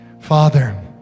Father